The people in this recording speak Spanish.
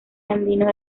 andinos